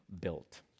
built